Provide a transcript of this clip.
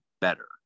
better